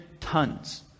tons